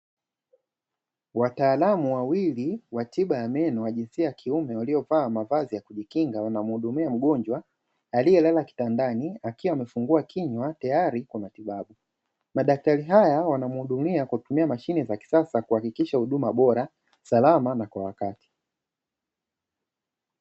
Wataalamu wawili wa tiba ya meno (wa jinsia ya kiume) waliovaa mavazi ya kujikinga, wanamhudumia mgonjwa aliyelala kitandani akiwa amefungua kinywa tayari kwa matibabu. Madaktari hawa wanamhudumia kwa kutumia mashine za kisasa kuhakikisha huduma bora, salama na kwa wakati.